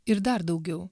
ir dar daugiau